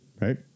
right